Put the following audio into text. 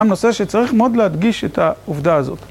נושא שצריך מאוד להדגיש את העובדה הזאת.